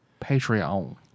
Patreon